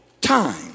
time